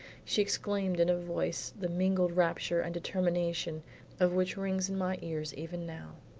she exclaimed in a voice the mingled rapture and determination of which rings in my ears even now,